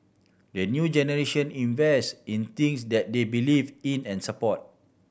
the new generation invest in things that they believe in and support